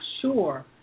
sure